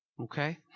Okay